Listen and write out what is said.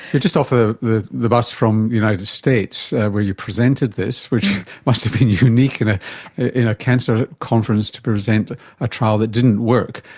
you're just off the the bus from the united states where you presented this, which must have been unique in ah in a cancer conference, to present a trial that didn't work.